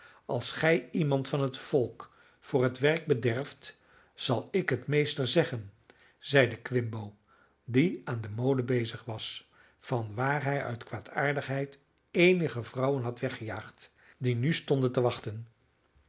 als gij iemand van het volk voor het werk bederft zal ik het meester zeggen zeide quimbo die aan den molen bezig was vanwaar hij uit kwaardaardigheid eenige vrouwen had weggejaagd die nu stonden te wachten